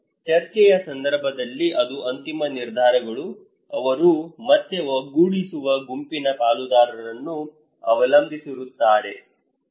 ಚರ್ಚೆಯ ಸಂದರ್ಭದಲ್ಲಿ ಅದು ಅಂತಿಮ ನಿರ್ಧಾರಗಳು ಅವರು ಮತ್ತೆ ಒಗ್ಗೂಡಿಸುವ ಗುಂಪಿನ ಪಾಲುದಾರರನ್ನು ಅವಲಂಬಿಸಿರುತ್ತಾರೆ ಸರಿ